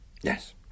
Yes